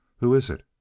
who is it?